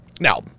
Now